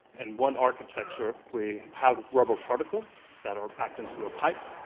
and one architecture we have rubber particles that are packed into a pipe,